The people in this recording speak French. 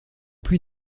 plus